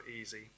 easy